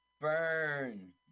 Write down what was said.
Burn